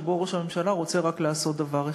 שבו ראש הממשלה רוצה לעשות רק דבר אחד.